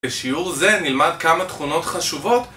בשיעור זה נלמד כמה תכונות חשובות